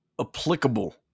applicable